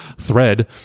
thread